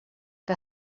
que